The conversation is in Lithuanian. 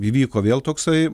įvyko vėl toksai